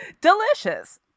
delicious